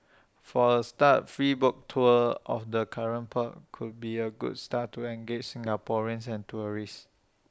for A start free boat tours of the current port could be A good start to engage Singaporeans and tourists